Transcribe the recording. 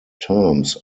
terms